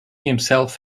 himself